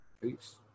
Peace